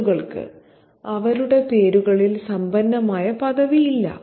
ഈ ആളുകൾക്ക് അവരുടെ പേരുകളിൽ സമ്പന്നമായ പദവി ഇല്ല